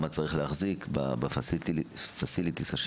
מה צריך להחזיק ב-facilities השלמים,